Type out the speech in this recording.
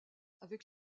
avec